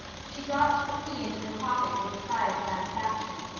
she dropped the key into her pocket with a sigh of satisfaction.